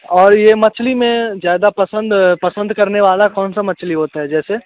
और ये मछली में ज़्यादा पसंद पसंद करने वाला कौन सा मछली होता है जैसे